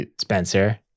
Spencer